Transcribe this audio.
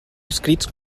escrits